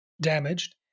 damaged